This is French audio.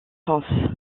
france